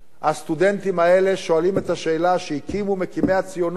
הסטודנטים האלה שואלים את השאלה של מקימי הציונות: